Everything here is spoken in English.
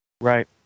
Right